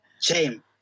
Shame